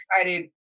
excited